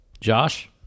Josh